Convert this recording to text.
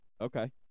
Okay